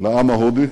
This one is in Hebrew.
לעם ההודי.